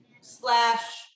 slash